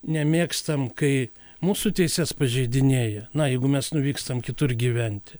nemėgstam kai mūsų teises pažeidinėja na jeigu mes nuvykstam kitur gyventi